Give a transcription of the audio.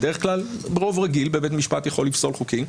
בדרך כלל רוב רגיל בבית משפט יכול לפסול חוקים.